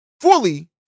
fully